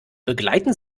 begleiten